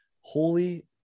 Holy